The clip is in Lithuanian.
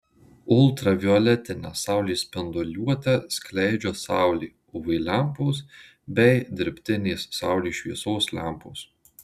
ultravioletinę saulės spinduliuotę skleidžia saulė uv lempos bei dirbtinės saulės šviesos lempos